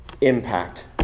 impact